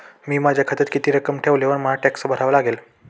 मी माझ्या खात्यात किती रक्कम ठेवल्यावर मला टॅक्स भरावा लागेल?